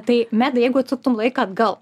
tai meda jeigu atsuktum laiką atgal